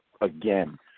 again